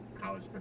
college